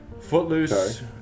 Footloose